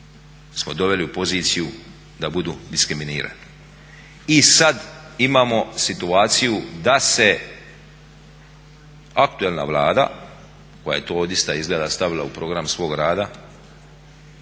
smo doveli u poziciju da budu diskriminirani. I sada imamo situaciju da se aktualna Vlada koja je to odista izgleda stavila u program svoga rada